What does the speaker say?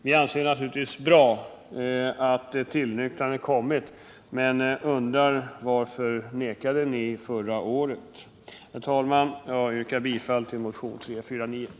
Vi anser det naturligtvis bra att tillnyktrandet kommit men undrar varför ni nekade förra året. Herr talman! Jag yrkar bifall till motionen 349.